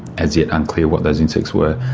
as yet unclear what those insects were,